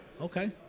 okay